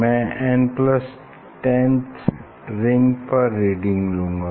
मैं n10 ring पर reading लूंगा